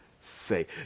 say